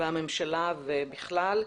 בממשלה ובכלל.